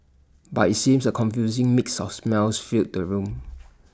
but IT seems A confusing mix of smells filled the room